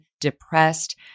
depressed